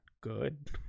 good